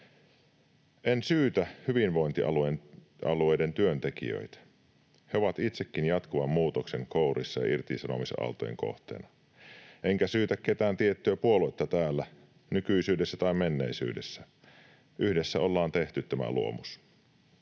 En syytä hyvinvointialueiden työntekijöitä, he ovat itsekin jatkuvan muutoksen kourissa ja irtisanomisaaltojen kohteena. Enkä syytä mitään tiettyä puoluetta täällä, nykyisyydessä tai menneisyydessä. Yhdessä ollaan tehty tämä luomus.